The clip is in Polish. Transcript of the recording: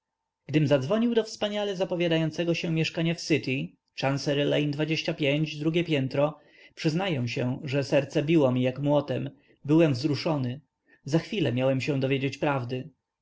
gdym zadzwonił do wspaniale zapowiadającego się mieszkania w syty szanse role i dwadzieścia pięć drugie piętro przyznaję że serce biło mi jak młotem byłem wzruszony za chwilę miałem się dowiedzieć prawdy